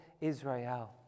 Israel